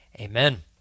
amen